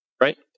Right